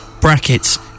Brackets